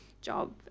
job